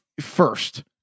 first